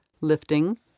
lifting